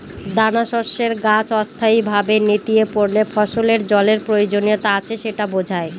দানাশস্যের গাছ অস্থায়ীভাবে নেতিয়ে পড়লে ফসলের জলের প্রয়োজনীয়তা আছে সেটা বোঝায়